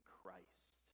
Christ